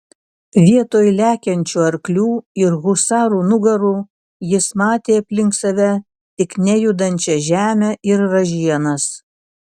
vietoj lekiančių arklių ir husarų nugarų jis matė aplink save tik nejudančią žemę ir ražienas